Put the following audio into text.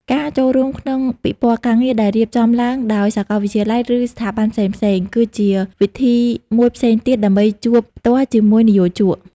ការចូលរួមក្នុងពិព័រណ៍ការងារដែលរៀបចំឡើងដោយសាកលវិទ្យាល័យ ឬស្ថាប័នផ្សេងៗ គឺជាវិធីមួយផ្សេងទៀតដើម្បីជួបផ្ទាល់ជាមួយនិយោជក។